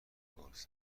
فرصت